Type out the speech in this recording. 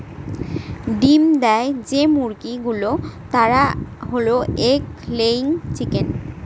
ডিম দেয় যে মুরগি গুলো তারা হল এগ লেয়িং চিকেন